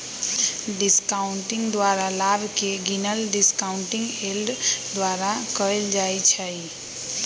discounting द्वारा लाभ के गिनल डिस्काउंटिंग यील्ड द्वारा कएल जाइ छइ